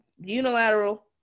Unilateral